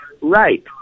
right